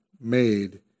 made